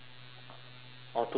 oh two more minutes ah